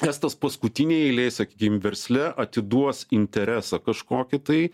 estas paskutinėj eilėj sakykim versle atiduos interesą kažkokį tai